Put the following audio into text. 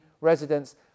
residents